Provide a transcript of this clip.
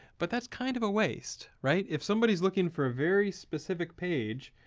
but that's kind of a waste. right? if somebody is looking for a very specific page,